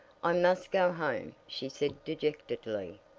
i must go home, she said dejectedly.